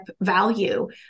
value